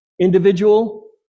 individual